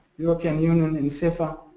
european union and cefa.